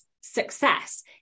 success